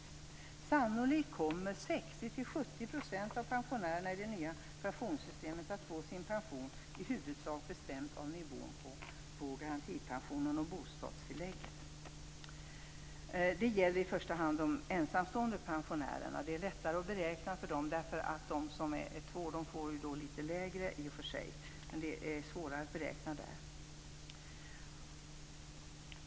Sannolikt kommer 60-70 % av pensionärerna i det nya pensionssystemet att få sin pension i huvudsak bestämd av nivån på garantipensionen och bostadstillägget. Det gäller i första hand de ensamstående pensionärerna, för det är lättare att beräkna för dem.